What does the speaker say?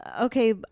Okay